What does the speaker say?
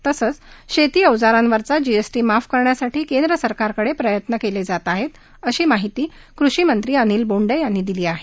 तसंच शेती अवजारावरचा जीएसटी माफ करण्यासाठी केंद्र सरकारकडे प्रयत्न केले जात आहेत अशी माहिती कृषी मंत्री अनिल बोंडे यांनी दिली आहे